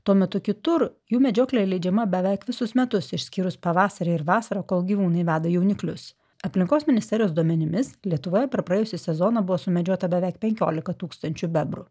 tuo metu kitur jų medžioklė leidžiama beveik visus metus išskyrus pavasarį ir vasarą kol gyvūnai veda jauniklius aplinkos ministerijos duomenimis lietuvoje per praėjusį sezoną buvo sumedžiota beveik penkiolika tūkstančių bebrų